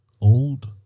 old